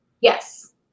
Yes